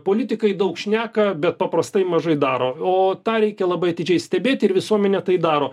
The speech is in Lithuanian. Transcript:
politikai daug šneka bet paprastai mažai daro o tą reikia labai atidžiai stebėti ir visuomenė tai daro